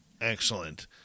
Excellent